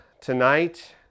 tonight